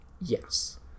Yes